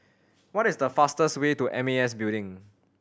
what is the fastest way to M A S Building